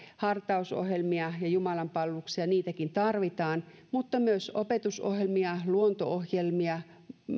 hartausohjelmia ja jumalanpalveluksia niitäkin tarvitaan mutta myös opetusohjelmia luonto ohjelmia